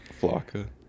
Flocka